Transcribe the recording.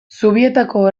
zubietako